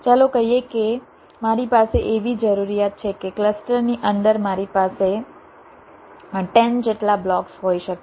ચાલો કહીએ કે મારી પાસે એવી જરૂરિયાત છે કે ક્લસ્ટરની અંદર મારી પાસે 10 જેટલા બ્લોક્સ હોઈ શકે